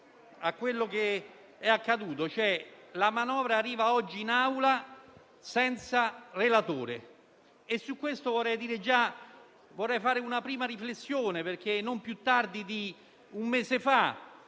la manovra arriva in Aula senza relatore. Su questo vorrei fare una prima riflessione perché non più tardi di un mese fa